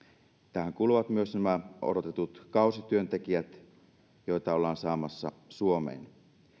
tähän kuuluvat myös nämä odotetut kausityöntekijät joita ollaan saamassa suomeen